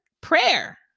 Prayer